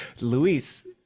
Luis